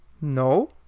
no